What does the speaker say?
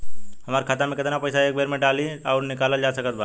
हमार खाता मे केतना पईसा एक बेर मे डाल आऊर निकाल सकत बानी?